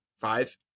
five